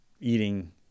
eating